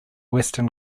western